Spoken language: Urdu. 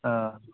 ہاں